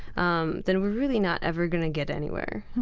um then we're really not ever going to get anywhere.